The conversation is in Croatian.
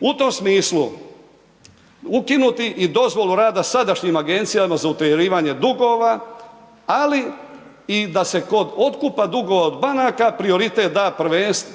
U tom smislu, ukinuti i dozvolu rada sadašnjim agencijama za utjerivanje dugova ali i da se kod otkupa dugova od banaka prioritet da,